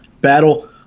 battle